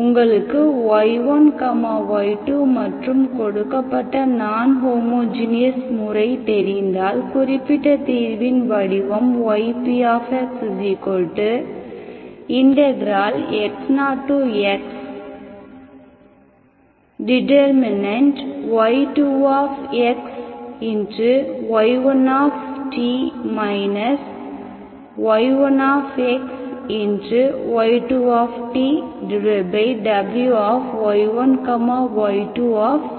உங்களுக்கு y1 y2 மற்றும் கொடுக்கப்பட்ட நான் ஹோமோஜீனியஸ் முறை தெரிந்தால் குறிப்பிட்ட தீர்வின் வடிவம் ypxx0xy2xy1t y1xy2tWy1 y2tfdt